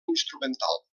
instrumental